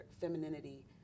femininity